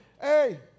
hey